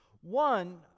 One